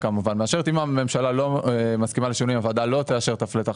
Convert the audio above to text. מי נגד,